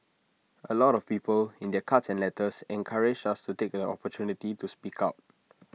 A lot of people in their cards and letters encouraged us to take the opportunity to speak out